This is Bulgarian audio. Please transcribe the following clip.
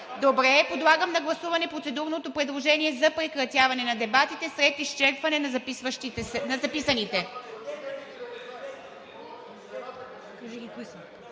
Добре. Подлагам на гласуване процедурното предложение за прекратяване на дебатите след изчерпване на записаните.